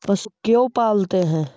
पशु क्यों पालते हैं?